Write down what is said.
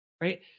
right